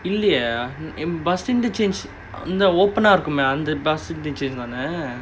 இல்லையே:illaiyae bus interchange open eh இருக்குமே அந்த:irukkumae antha bus interchange தான:thaana